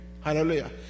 Hallelujah